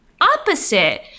opposite